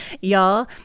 y'all